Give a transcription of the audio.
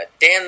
Dan